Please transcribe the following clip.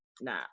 nah